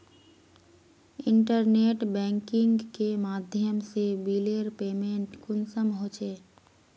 Internet banking के माध्यम से बिलेर पेमेंट कुंसम होचे?